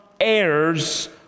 heirs